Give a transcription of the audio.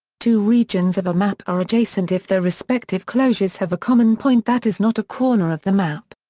two regions of a map are adjacent if their respective closures have a common point that is not a corner of the map.